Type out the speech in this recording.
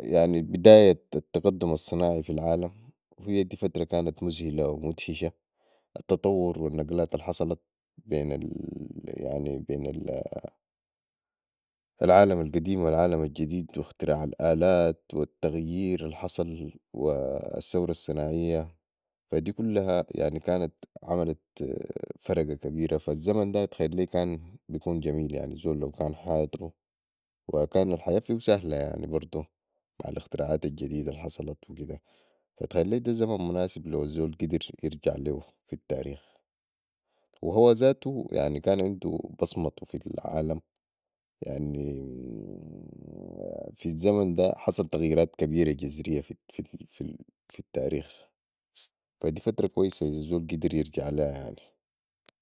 يعني بداية التفدم الصناعي في العالم هي دي فترة كانت مذهله ومدهشه التطور والنقلات الحصلت بين العالم القديم والعالم الجديد واختراع الالات والتغير الحصل والثوره الصناعية فدي كلها يعني كانت عملت فرقة كبيره فا الزمن ده أنا اتخيل لي كان بكون جميل الزول لو كان حاضرو وكان الحياه فيهو ساهله برضو مع الاختراعات الجديدة الحصلت وكده فتخيل لي ده زمن مناسب لو الزول قدر يرج ليهو في التاريخ وهو زاتو كان عندو بصمتو في العالم يعني في الزمن ده حصل تفيرات كبيره جزريه في التاريخ دي فترة كويسه لو الزول قدر يرجع ليها يعني